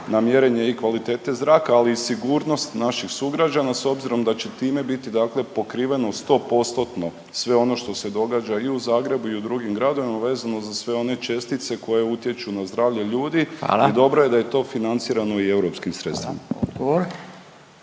na mjerenje i kvalitete zraka, ali i sigurnost naših sugrađana s obzirom da će time biti pokriveno 100%-tno sve ono što se događa i u Zagrebu i u drugim gradovima vezano za sve one čestice koje utječu na zdravlje ljudi? …/Upadica Radin: Hvala./… I dobro je to financirano i europskim sredstvima.